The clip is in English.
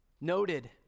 noted